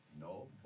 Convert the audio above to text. No